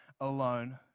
alone